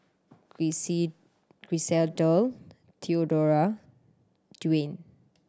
Griselda Dorthea Dawne